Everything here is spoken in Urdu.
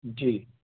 جی